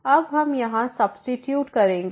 अब हम यहाँ सब्सीट्यूट करेंगे